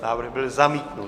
Návrh byl zamítnut.